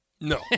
No